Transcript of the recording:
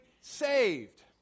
saved